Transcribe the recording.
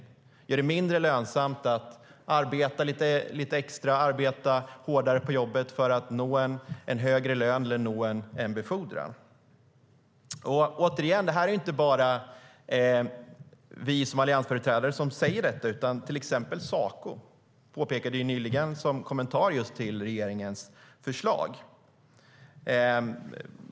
De gör det mindre lönsamt att arbeta lite extra och att arbeta hårdare på jobbet för att nå en högre lön eller en befordran. Återigen: Det är inte bara vi som alliansföreträdare som säger detta. Exempelvis Saco påpekade nyligen detta i en kommentar till regeringens förslag.